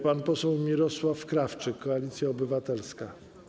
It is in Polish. Pan poseł Mirosław Krawczyk, Koalicja Obywatelska.